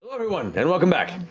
everyone and welcome back.